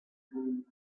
counter